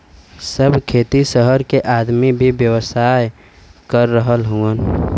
सब खेती सहर के आदमी भी व्यवसाय कर रहल हउवन